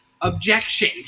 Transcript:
Objection